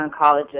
oncologist